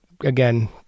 again